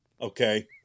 okay